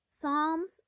Psalms